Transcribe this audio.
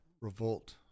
revolt